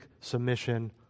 submission